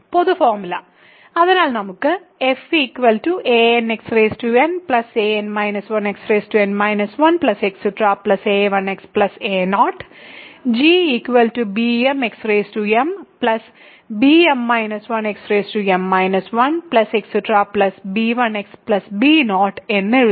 പൊതു ഫോർമുല അതിനാൽ നമുക്ക് f anxn an 1xn - 1a1x a0 gbmxm bm 1xm 1b1xb0 എന്ന് എഴുതാം